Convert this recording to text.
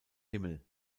himmel